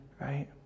Right